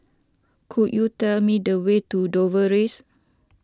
could you tell me the way to Dover Rise